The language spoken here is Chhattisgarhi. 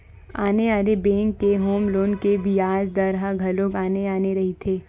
आने आने बेंक के होम लोन के बियाज दर ह घलो आने आने रहिथे